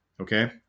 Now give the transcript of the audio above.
Okay